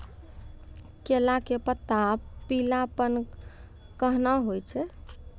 केला के पत्ता पीलापन कहना हो छै?